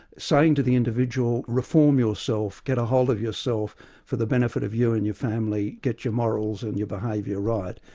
saying to the individual reform yourself, get a hold of yourself for the benefit of you and your family, get your morals and your behaviour right.